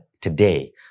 today